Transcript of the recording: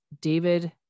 David